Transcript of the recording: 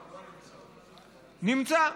נמצא,